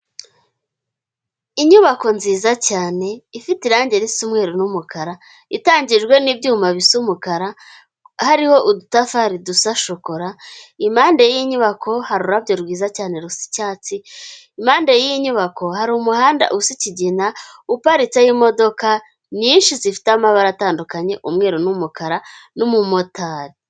Inyubako nziza cyane ifite irangi risa umweru n'umukara. Itangijwe n'ibyuma bisa umukara, hariho udutafari dusa shokora, impande y'iyi nyubako, hari ururabyo rwiza cyane rusa icyatsi. Impande y'iyi nyubako hari umuhanda usa ikigina, uparitseho imodoka nyinshi zifite amabara atandukanye umweru n'umukara n'umumotari.